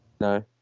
No